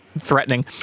threatening